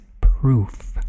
proof